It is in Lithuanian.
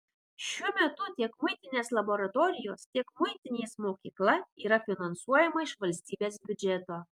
šiuo metu tiek muitinės laboratorijos tiek muitinės mokykla yra finansuojama iš valstybės biudžeto